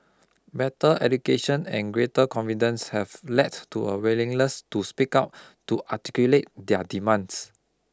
better education and greater confidence have led to a willingness to speak out to articulate their demands